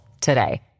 today